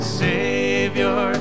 savior